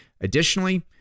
Additionally